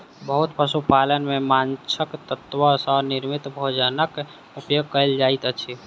बहुत पशु पालन में माँछक तत्व सॅ निर्मित भोजनक उपयोग कयल जाइत अछि